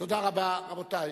תודה רבה, רבותי.